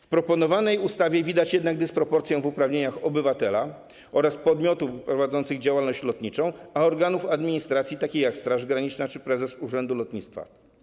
W proponowanej ustawie widać jednak dysproporcję uprawnień obywatela i podmiotów prowadzących działalność lotniczą oraz organów administracji, takich jak Straż Graniczna czy prezes urzędu lotnictwa.